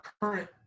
current